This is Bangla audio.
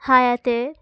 হায়াতে